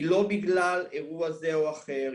היא לא בגלל אירוע זה או אחר,